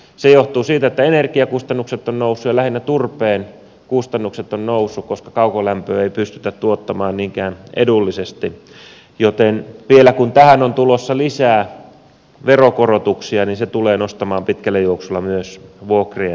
se johtuu siitä että energiakustannukset ovat nousseet ja lähinnä turpeen kustannukset ovat nousseet koska kaukolämpöä ei pystytä tuottamaan niinkään edullisesti joten kun tähän on tulossa vielä lisää veronkorotuksia niin se tulee nostamaan pitkällä juoksulla myös vuokrien hintoja